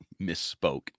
Misspoke